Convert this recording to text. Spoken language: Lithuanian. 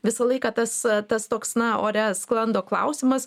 visą laiką tas tas toks na ore sklando klausimas